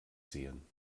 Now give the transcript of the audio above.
sehen